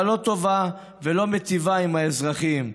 אבל לא טובה ולא מיטיבה עם האזרחים.